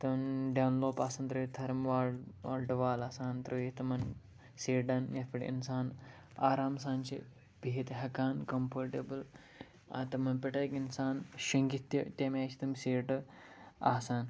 تِمَن ڈیٚنلوپ آسان ترٛٲیِتھ تھرم وال ٹُو وال آسان ترٲیِتھ تِمَن سیٖٹَن یَتھ پٮ۪ٹھ اِنسان آرام سان چھِ بِہِتھ ہیٚکان کَمفٲرٹیبٕل ٲں تِمَن پٮ۪ٹھ ہیٚکہِ اِنسان شۄنگِتھ تہِ تمہِ آیہِ چھِ تِم سیٖٹہٕ آسان